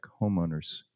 homeowners